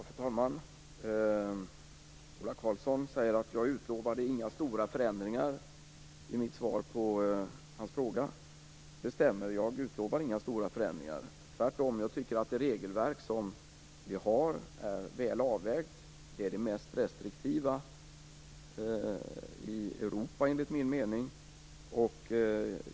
Fru talman! Ola Karlsson säger att jag inte utlovade några stora förändringar i mitt svar på hans fråga. Det stämmer. Jag utlovar inga stora förändringar. Tvärtom tycker jag att det regelverk som vi har är väl avvägt. Det är det mest restriktiva i Europa, enligt min mening.